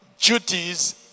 duties